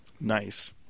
Nice